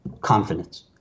confidence